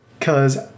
Cause